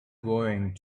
going